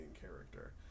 character